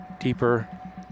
deeper